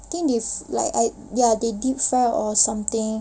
I think they fr~ like I ya they deep fried or something